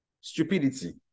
stupidity